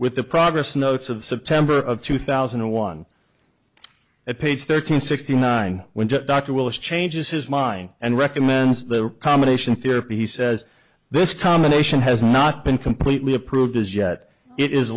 with the progress notes of september of two thousand and one at page thirteen sixty nine when the dr willis changes his mind and recommends the combination therapy he says this combination has not been completely approved as yet i